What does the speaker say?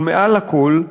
ומעל לכול,